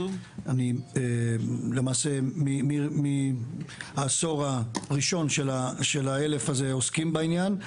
אני למעשה מהעשור הראשון של האלף הזה עוסקים בעניין,